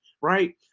right